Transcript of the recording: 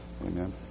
Amen